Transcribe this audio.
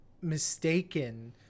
mistaken